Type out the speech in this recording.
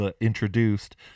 Introduced